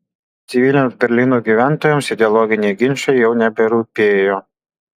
civiliams berlyno gyventojams ideologiniai ginčai jau neberūpėjo